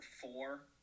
four